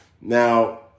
Now